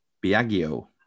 Biagio